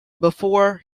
before